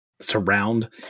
surround